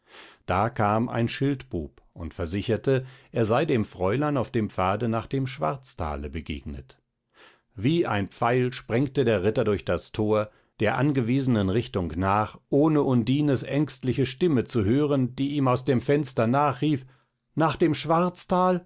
da kam ein schildbub und versicherte er sei dem fräulein auf dem pfade nach dem schwarztale begegnet wie ein pfeil sprengte der ritter durch das tor der angewiesenen richtung nach ohne undines ängstliche stimme zu hören die ihm aus dem fenster nachrief nach dem schwarztal